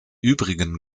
übrigen